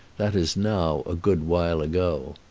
that is now a good while ago.